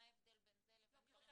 מה ההבדל בין זה ובין --- אחרים.